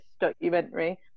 documentary